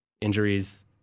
Injuries